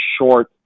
short